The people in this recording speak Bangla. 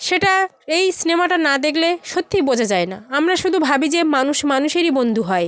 সেটা এই সিনেমাটা না দেখলে সত্যিই বোঝা যায় না আমরা শুধু ভাবি যে মানুষ মানুষেরই বন্ধু হয়